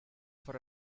for